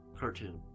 cartoon